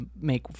make